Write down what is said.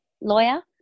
lawyer